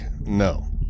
no